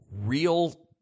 real